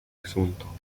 asunto